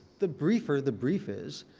the briefer the brief is,